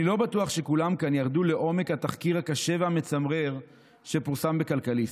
אני לא בטוח שכולם כאן ירדו לעומק התחקיר הקשה והמצמרר שפורסם בכלכליסט.